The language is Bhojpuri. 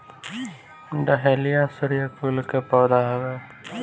डहेलिया सूर्यकुल के पौधा हवे